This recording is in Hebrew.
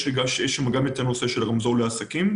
יש שם גם את הנושא של רמזור לעסקים.